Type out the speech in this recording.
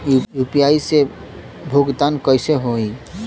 UPI से भुगतान कइसे होहीं?